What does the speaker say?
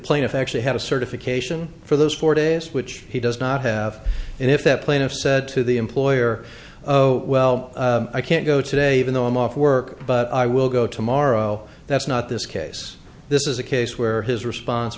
plaintiff actually had a certification for those four days which he does not have and if that plaintiff said to the employer well i can't go today even though i'm off work but i will go tomorrow that's not this case this is a case where his response